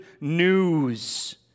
news